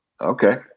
Okay